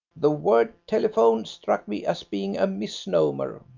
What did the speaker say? the word telephone struck me as being a misnomer.